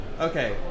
Okay